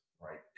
Right